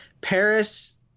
Paris